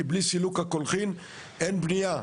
כי בלי סילוק הקולחין, אין בנייה.